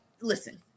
listen